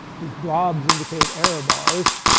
these blobs indicate error bars.